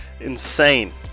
insane